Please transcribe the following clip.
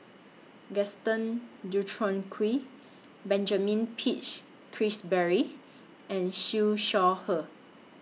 Gaston Dutronquoy Benjamin Peach Keasberry and Siew Shaw Her